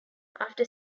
after